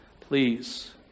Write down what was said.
Please